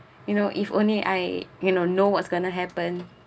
you know if only I you know know what's going to happen